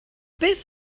beth